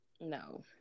No